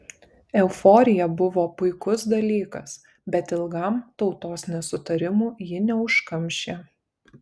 euforija buvo puikus dalykas bet ilgam tautos nesutarimų ji neužkamšė